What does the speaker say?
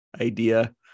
idea